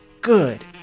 good